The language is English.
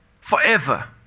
forever